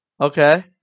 Okay